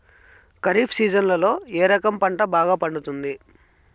ఖరీఫ్ సీజన్లలో ఏ రకం పంట బాగా పండుతుంది